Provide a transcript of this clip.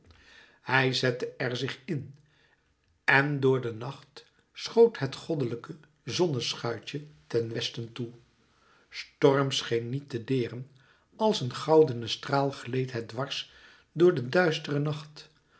hij zette er zich in en door de nacht schoot het goddelijke zonneschuitje ten westen toe storm scheen niet te deeren als een goudene straal gleed het dwars door de duistere nacht